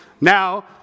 Now